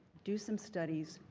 do some studies,